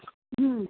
হুম